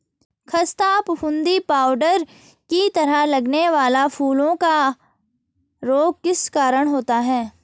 खस्ता फफूंदी पाउडर की तरह लगने वाला फूलों का रोग किस कारण होता है?